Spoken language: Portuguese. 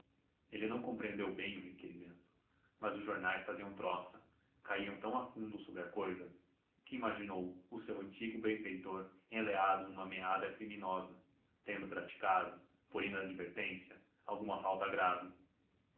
ele não compreendeu bem o requerimento mas os jornais faziam tanta troça caíam tão a fundo sobre a cousa que imaginou o seu antigo benfeitor enleado numa meada criminosa tendo praticado por inadvertência alguma falta grave